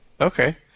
Okay